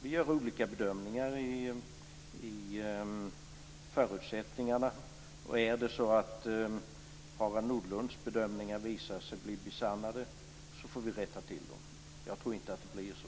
Vi gör olika bedömningar av förutsättningarna. Om det visar sig att Harald Nordlunds bedömningar blir besannade, får vi rätta till detta. Jag tror inte att det blir så.